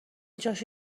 جاشو